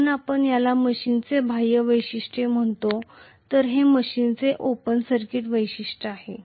म्हणून आपण याला मशीनची बाह्य वैशिष्ट्ये म्हणतो तर हे मशीनची ओपन सर्किट वैशिष्ट्ये आहेत